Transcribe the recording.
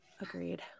Agreed